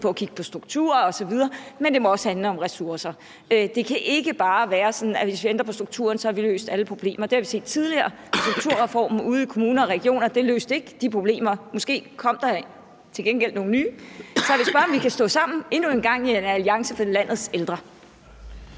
på at kigge på strukturer osv., men det må også handle om ressourcer. Det kan ikke bare være sådan, at hvis vi ændrer på strukturen, har vi løst alle problemer. Det har vi set tidligere med strukturreformen ude i kommuner og regioner, og det løste ikke de problemer, men måske kom der endda nogle nye. Så jeg vil spørge, om vi kan stå sammen endnu en gang i en alliance for landets ældre.